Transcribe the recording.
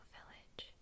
Village